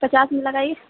پچاس میں لگائیے